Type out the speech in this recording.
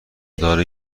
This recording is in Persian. داری